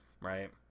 right